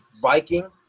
Viking